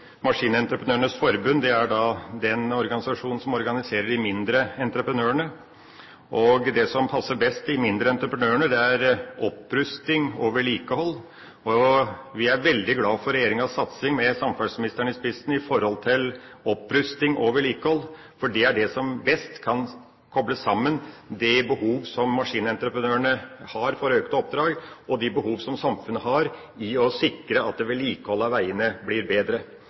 Maskinentreprenørenes Forbund er den organisasjon som organiserer de mindre entreprenørene. Det som passer de mindre entreprenørene best, er opprusting og vedlikehold. Vi er veldig glad for regjeringens satsing, med samferdselsministeren i spissen, når det gjelder opprusting og vedlikehold, for det er det som best kan koble sammen det behov maskinentreprenørene har for økte oppdrag, og de behov som samfunnet har for å sikre at vedlikeholdet av veiene blir bedre.